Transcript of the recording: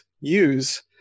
use